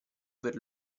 per